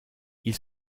ils